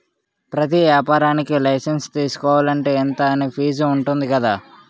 ప్రతి ఏపారానికీ లైసెన్సు తీసుకోలంటే, ఇంతా అని ఫీజుంటది కదా